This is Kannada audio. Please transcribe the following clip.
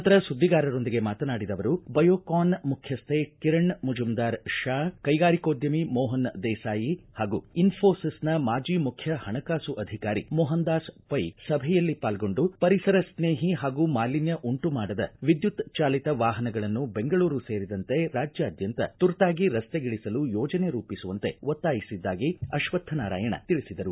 ನಂತರ ಸುದ್ದಿಗಾರರೊಂದಿಗೆ ಮಾತನಾಡಿದ ಅವರು ಬಯೋಕಾನ್ ಮುಖ್ಯಸ್ವೆ ಕಿರಣ್ ಮಜುಂದಾರ್ ಶಾ ಕೈಗಾರಿಕೋದ್ದಮಿ ಮೋಹನ್ ದೇಸಾಯಿ ಹಾಗೂ ಇನ್ಫೋಸಿಸ್ನ ಮಾಜಿ ಮುಖ್ಯ ಹಣಕಾಸು ಅಧಿಕಾರಿ ಮೋಹನ್ದಾಸ್ ಪೈ ಸಭೆಯಲ್ಲಿ ಪಾಲ್ಗೊಂಡು ಪರಿಸರ ಸ್ನೇಹಿ ಹಾಗೂ ಮಾಲಿನ್ಯ ಉಂಟು ಮಾಡದ ವಿದ್ಯುತ್ ಚಾಲಿತ ವಾಹನಗಳನ್ನು ಬೆಂಗಳೂರು ಸೇರಿದಂತೆ ರಾಜ್ಯಾದ್ಯಂತ ತುರ್ತಾಗಿ ರಸ್ತೆಗಳಿಸಲು ಯೋಜನೆ ರೂಪಿಸುವಂತೆ ಒತ್ತಾಯಿಸಿದ್ದಾಗಿ ಅಶ್ವಕ್ಥನಾರಾಯಣ ತಿಳಿಸಿದರು